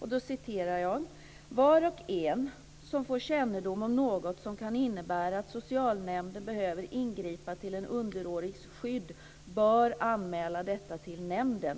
Jag citerar: "Var och en som får kännedom om något som kan innebära att socialnämnden behöver ingripa till en underårigs skydd bör anmäla detta till nämnden.